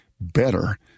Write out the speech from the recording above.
better